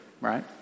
right